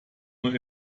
nur